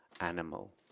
Animal